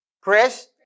Chris